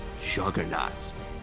juggernauts